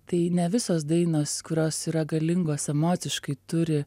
tai ne visos dainos kurios yra galingos emociškai turi